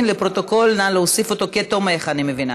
בעד, אין מתנגדים, אין נמנעים.